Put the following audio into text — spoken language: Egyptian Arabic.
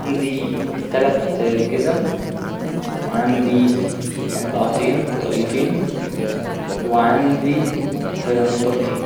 عندي تلت جزم، وعندي قبعتين طقيتين، وعندي نضارتين